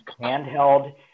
handheld